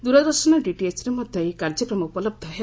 ଦୂରଦର୍ଶନ ଡିଟିଏଚ୍ରେ ମଧ୍ୟ ଏହି କାର୍ଯ୍ୟକ୍ରମ ଉପଲବ୍ଧ ହେବ